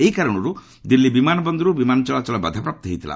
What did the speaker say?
ଏହି କାରଣରୁ ଦିଲ୍ଲୀ ବିମାନ ବନ୍ଦରରୁ ବିମାନ ଚଳାଚଳ ବାଧାପ୍ରାପ୍ତ ହୋଇଛି